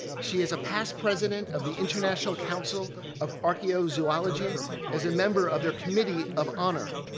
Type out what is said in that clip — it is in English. she is a past president of the international council of archaeozoology as a member of their committee of honor.